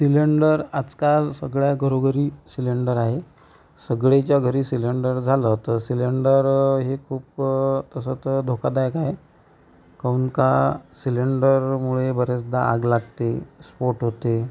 cylinder आजकाल सगळ्या घरोघरी सिलेंडर आहे सगळेच्या घरी सिलेंडर झालं तर सिलेंडर हे खूप तसं तर धोकादायक आहे कोण का सिलेंडरमुळे बऱ्याचदा आग लागते स्फोट होते